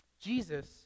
Jesus